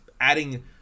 adding